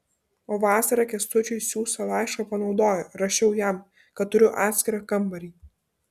o vasarą kęstučiui siųstą laišką panaudojo rašiau jam kad turiu atskirą kambarį